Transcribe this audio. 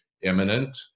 imminent